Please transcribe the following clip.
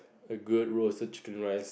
a good roasted chicken rice